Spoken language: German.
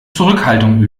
zurückhaltung